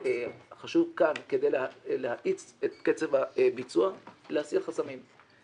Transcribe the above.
חשוב כאן, כדי להאיץ את קצב הביצוע, להסיר חסמים.